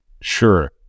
Sure